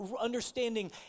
understanding